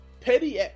petty